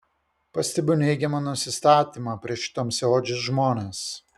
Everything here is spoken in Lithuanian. pastebiu neigiamą nusistatymą prieš tamsiaodžius žmones